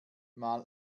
mal